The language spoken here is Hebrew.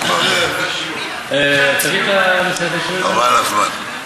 חבל על הזמן,